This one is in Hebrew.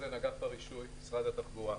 אני מאגף הרישוי, משרד התחבורה.